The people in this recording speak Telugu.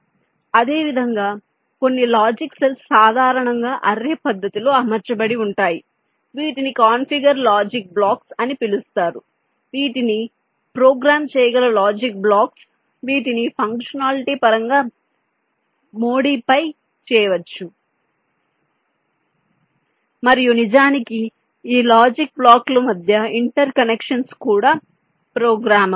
అదేవిధంగా కొన్ని లాజిక్ సెల్స్ సాధారణంగా అర్రే పద్ధతిలో అమర్చబడి ఉంటాయి వీటిని కాన్ఫిగర్ లాజిక్ బ్లాక్స్ అని పిలుస్తారు వీటిని ప్రోగ్రామ్ చేయగల లాజిక్ బ్లాక్స్ వీటిని ఫంక్షనాలిటీ పరంగా మోడీఫై చేయవచ్చు మరియు నిజానికి ఈ లాజిక్ బ్లాకుల మధ్య ఇంటెర్కనెక్షన్స్ కూడా ప్రోగ్రామబుల్